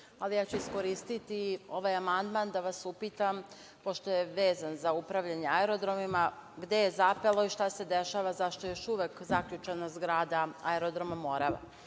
ali ja ću iskoristiti ovaj amandman da vas upitam, pošto je vezan za upravljanje aerodromima, gde je zapelo i šta se dešava, zašto je još uvek zaključana zgrada Aerodroma Morava? Naime,